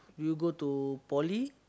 you go to poly